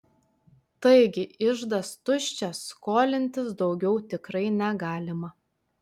taigi iždas tuščias skolintis daugiau tikrai negalima